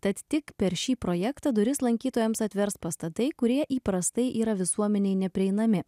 tad tik per šį projektą duris lankytojams atvers pastatai kurie įprastai yra visuomenei neprieinami